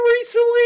recently